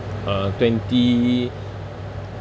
uh twenty